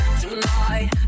Tonight